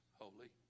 holy